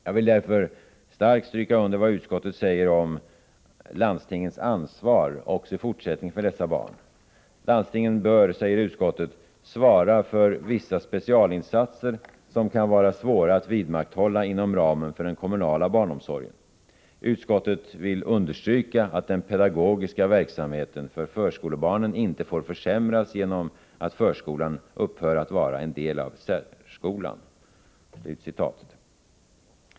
Jag vill därför starkt stryka under vad utskottet säger om landstingens ansvar också i fortsättningen för dessa barn. Landstingen bör, säger utskottet, ”svara för vissa specialinsatser som kan vara svåra att vidmakthålla inom ramen för den kommunala barnomsorgen. Utskottet vill understryka, att den pegagogiska verksamheten för förskolebarnen inte får försämras genom att förskolan upphör att vara en del av särskolan”.